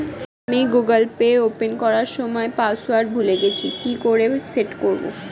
আমি Google Pay open করার সময় পাসওয়ার্ড ভুলে গেছি কি করে সেট করব?